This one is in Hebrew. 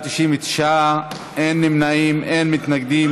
התשע"ט 2018. נא להצביע.